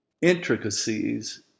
intricacies